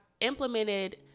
implemented